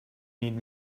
need